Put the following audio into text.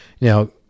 Now